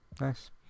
nice